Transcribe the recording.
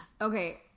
okay